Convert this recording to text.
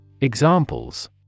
Examples